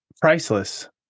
Priceless